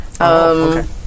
Okay